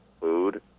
food